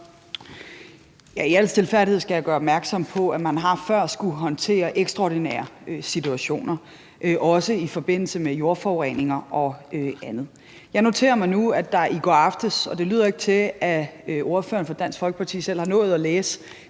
I al stilfærdighed skal jeg gøre opmærksom på, at man før har skullet håndtere ekstraordinære situationer, også i forbindelse med jordforureninger og andet. Jeg noterer mig nu, at der i går aftes er kommet en række anbefalinger til Randers Kommune. Det lyder ikke til, at ordføreren fra Dansk Folkeparti selv har nået at læse